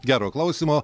gero klausymo